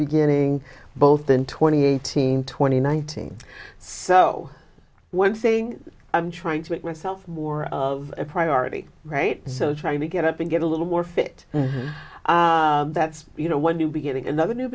beginning both than twenty eighteen twenty one thing so one thing i'm trying to make myself more of a priority right so trying to get up and get a little more fit that's you know one new beginning another new